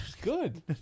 Good